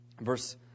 Verse